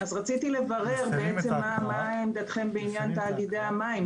אז רציתי לברר בעצם מה עמדתכם בעניין תאגידי המים.